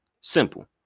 Simple